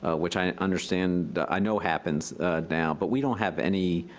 which i understand, i know happens now. but we don't have any,